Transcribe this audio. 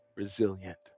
resilient